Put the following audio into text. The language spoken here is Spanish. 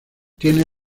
tiene